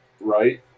right